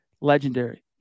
Legendary